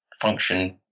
function